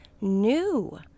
new